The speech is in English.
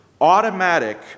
automatic